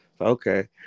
Okay